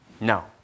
No